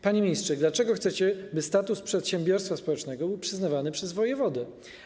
Panie ministrze, dlaczego chcecie, by status przedsiębiorstwa społecznego był przyznawany przez wojewodę?